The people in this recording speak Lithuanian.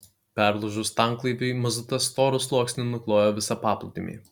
perlūžus tanklaiviui mazutas storu sluoksniu nuklojo visą paplūdimį